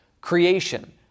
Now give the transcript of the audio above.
creation